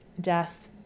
death